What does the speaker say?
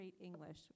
English